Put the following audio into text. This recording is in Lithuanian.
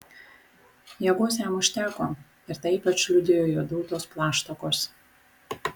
jėgos jam užteko ir tą ypač liudijo jo drūtos plaštakos